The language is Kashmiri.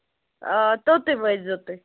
آ توٚتُے وٲتۍزیٚو تُہۍ